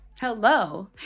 Hello